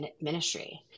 ministry